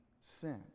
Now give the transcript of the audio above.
sin